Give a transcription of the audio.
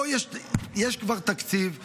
פה יש כבר תקציב.